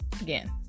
Again